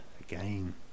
again